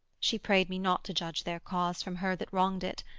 she prayed me not to judge their cause from her that wronged it,